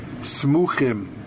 smuchim